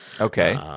Okay